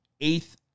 Eighth